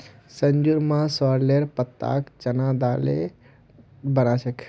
संजूर मां सॉरेलेर पत्ताक चना दाले डाले बना छेक